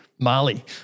Mali